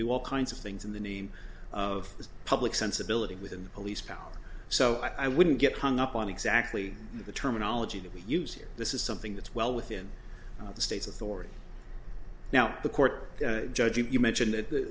do all kinds of things in the name of public sensibility within the police power so i wouldn't get hung up on exactly the terminology that we use here this is something that's well within the state's authority now the court judge you mentioned